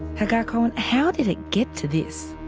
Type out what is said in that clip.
hagar cohen, how did it get to this?